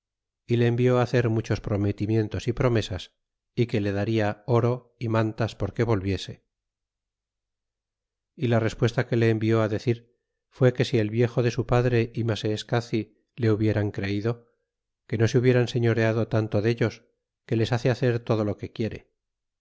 y le envió hacer muchos prometimientos y promesas y que le dada oro y mantas porque volviese y la respuesta que le envió decir fué que si el viejo de su padre y maseescaci le hubieran creido que no se hubieran señoreado tanto dellos que les hace hacer todo lo que quiere